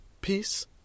peace